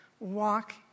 Walk